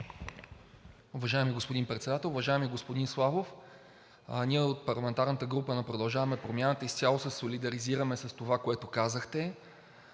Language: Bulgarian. Уважаеми господин Председател! Уважаеми господин Славов, ние от парламентарната група на „Продължаваме Промяната“ изцяло се солидаризираме с това, което казахте.